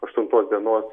aštuntos dienos